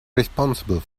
responsible